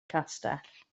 castell